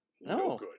no